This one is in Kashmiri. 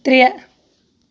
ترٛےٚ